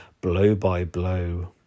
blow-by-blow